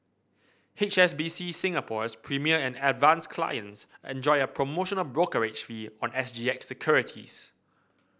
H S B C Singapore's Premier and Advance clients enjoy a promotional brokerage fee on S G X securities